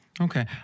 Okay